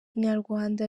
inyarwanda